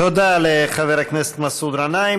תודה לחבר הכנסת מסעוד גנאים.